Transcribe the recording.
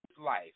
life